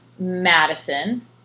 Madison